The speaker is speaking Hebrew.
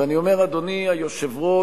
ואני אומר, אדוני היושב-ראש,